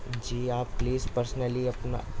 جی آپ please personally اپنا